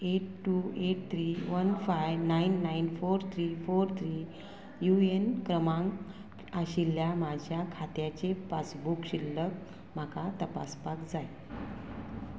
eight two eight three one five nine nine four three four three U A N क्रमांक आशिल्ल्या म्हाज्या खात्याचे passbook शिल्लक म्हाका तपासपाक जाय